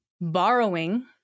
borrowing